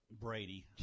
Brady